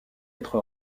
être